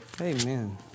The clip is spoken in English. Amen